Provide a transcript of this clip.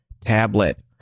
tablet